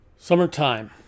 Summertime